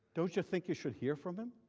don't you think you should hear from him?